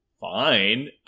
fine